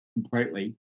completely